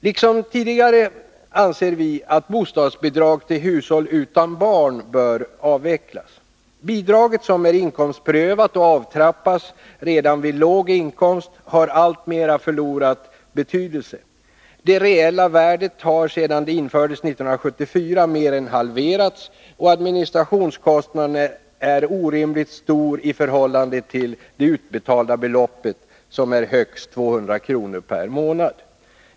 Liksom tidigare anser vi att bostadsbidrag till hushåll utan barn bör avvecklas. Bidraget, som är inkomstprövat och avtrappas redan vid låg inkomst, har alltmer förlorat betydelse. Det reella värdet har sedan det infördes 1974 mer än halverats och administrationskostnaden är orimligt stor i förhållande till det utbetalda beloppet, som är högst 200 kr. per månad.